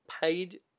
paid